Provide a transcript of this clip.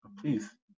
Please